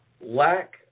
Lack